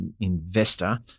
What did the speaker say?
investor